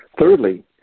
Thirdly